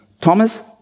Thomas